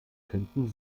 könnten